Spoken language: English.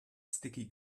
sticky